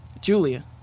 Julia